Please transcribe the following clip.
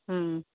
হুম হুম